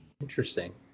Interesting